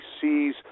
sees